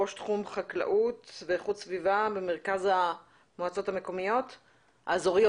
ראש תחום חקלאות ואיכות סביבה במרכז המועצות האזוריות.